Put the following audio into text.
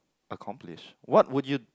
accomplish what would you